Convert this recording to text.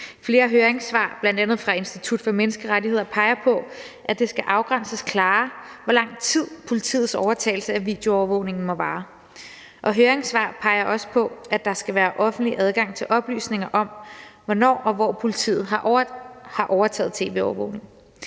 Flere høringssvar, bl.a. fra Institut for Menneskerettigheder, peger på, at det skal afgrænses klarere, hvor lang tid politiets overtagelse af videoovervågningen må vare. Høringssvar peger også på, at der skal være offentlig adgang til oplysninger om, hvornår og hvor politiet har overtaget tv-overvågning.